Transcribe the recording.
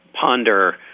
ponder